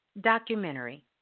documentary